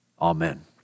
Amen